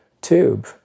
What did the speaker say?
tube